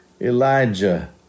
Elijah